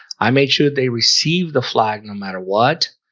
i made sure they received the flag no matter what.